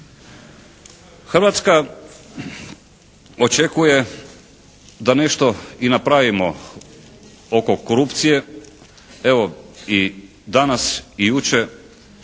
Hrvatska očekuje da nešto i napravimo oko korupcije. Evo i danas i jučer